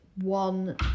one